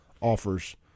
offers